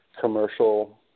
commercial